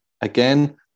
Again